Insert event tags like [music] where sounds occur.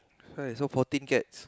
[noise] so poor thing cats